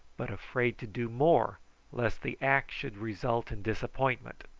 but afraid to do more lest the act should result in disappointment.